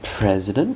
president